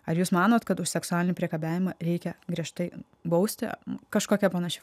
ar jūs manot kad už seksualinį priekabiavimą reikia griežtai bausti kažkokia panašia